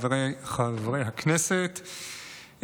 חברי הכנסת,